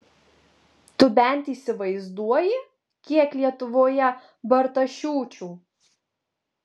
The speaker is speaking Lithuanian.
tu bent įsivaizduoji kiek lietuvoje bartašiūčių